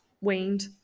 weaned